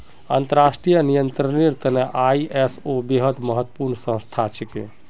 अंतर्राष्ट्रीय नियंत्रनेर त न आई.एस.ओ बेहद महत्वपूर्ण संस्था छिके